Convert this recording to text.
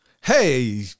Hey